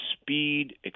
speed